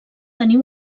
tenir